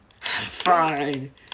Fine